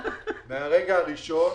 מהרגע הראשון